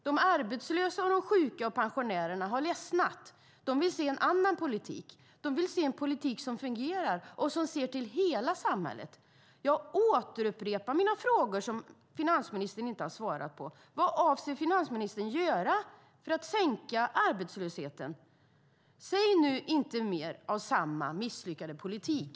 De arbetslösa, de sjuka och pensionärerna har ledsnat. De vill se en annan politik; de vill se en politik som fungerar och som ser till hela samhället. Jag återupprepar min fråga som finansministern inte har svarat på: Vad avser finansministern att göra för att sänka arbetslösheten? Säg nu inte mer av samma misslyckade politik!